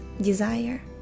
desire